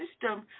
system